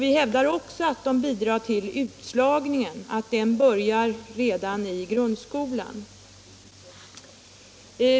Vi hävdar också att de bidrar till utslagningen som börjar redan i grundskolan.